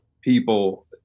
people